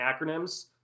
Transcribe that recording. acronyms